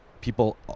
people